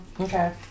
okay